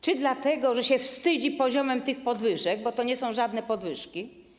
Czy dlatego, że się wstydzi poziomem tych podwyżek, bo to nie są żadne podwyżki?